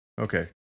Okay